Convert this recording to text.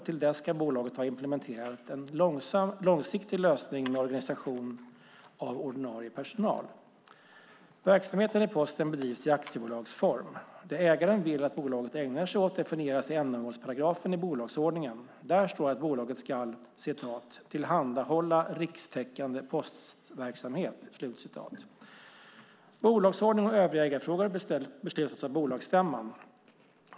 Till dess ska bolaget ha implementerat en långsiktig lösning med organisation av ordinarie personal. Verksamheten i Posten bedrivs i aktiebolagsform. Det ägaren vill att bolaget ägnar sig åt definieras i ändamålsparagrafen i bolagsordningen. Där står att bolaget ska "tillhandahålla rikstäckande postverksamhet". Bolagsordning och övriga ägarfrågor beslutas av bolagsstämman.